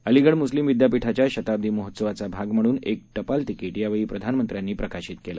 अलिगढम्स्लीमविद्यापिठाच्याशताब्दीमहोत्सवाचाभागम्हणूनएकटपालतिकिटयावेळीप्रधान मंत्र्यांनीप्रकाशितकेलं